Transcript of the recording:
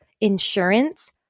insurance